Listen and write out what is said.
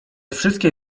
wszystkie